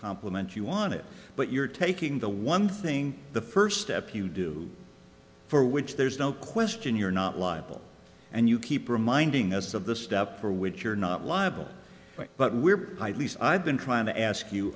complement you want it but you're taking the one thing the first step you do for which there's no question you're not liable and you keep reminding us of the stuff for which you're not liable but we're i've been trying to ask you